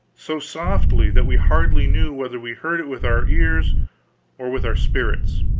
so softly, that we hardly knew whether we heard it with our ears or with our spirits.